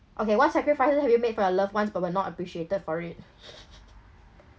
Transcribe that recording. okay what sacrifices have you made for a loved ones but were not appreciated for it